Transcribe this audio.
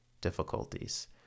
difficulties